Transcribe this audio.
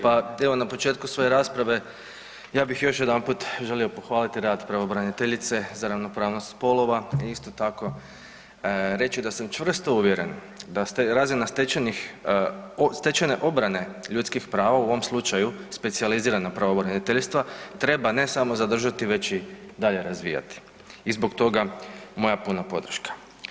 Pa evo na početku svoje rasprave ja bih još jedanput želio pohvaliti rad pravobraniteljice za ravnopravnost spolova i isto tako reći da sam čvrsto uvjeren da ste razina stečene obrane ljudskih prava u ovom slučaju specijaliziranog pravobraniteljstva treba ne samo zadržati već i dalje razvijati i zbog toga moja puna podrška.